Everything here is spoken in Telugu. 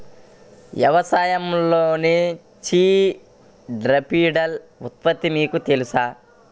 వ్యవసాయంలో చీడపీడల ఉధృతి మీకు తెలుసా?